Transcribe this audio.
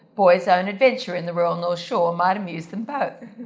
boys' own adventure in the royal north shore might amuse them both.